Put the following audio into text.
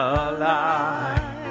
alive